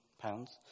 pounds